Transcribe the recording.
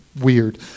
weird